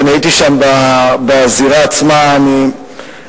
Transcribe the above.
ואני הייתי שם בזירה עצמה: אני